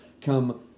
come